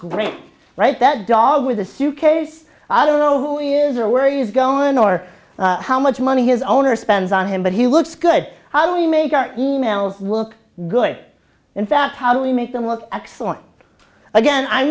great right that dog with a suitcase i don't know who he is or where he is going or how much money his owner spends on him but he looks good how do we make our e mails look good in fact how do we make them work excellent again i'm